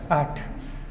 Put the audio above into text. आठ